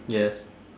yes